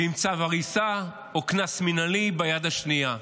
ועם צו הריסה או קנס מינהלי ביד השנייה.